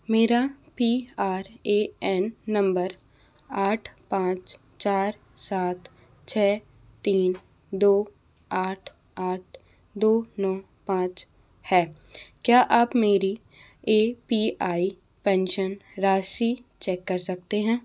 मेरा P R A N number आठ पाँच चार सात छः तीन दो आठ आठ दो नौ पाँच है क्या आप मेरी ए पी आई पेंशन राशि चेक कर सकते हैं